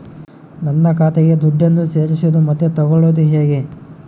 ನನ್ನ ಖಾತೆಗೆ ದುಡ್ಡನ್ನು ಸೇರಿಸೋದು ಮತ್ತೆ ತಗೊಳ್ಳೋದು ಹೇಗೆ?